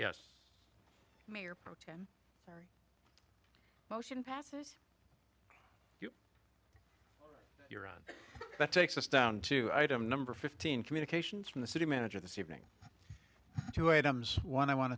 yes mayor pro tem motion passes you're on but takes us down to item number fifteen communications from the city manager this evening two items one i want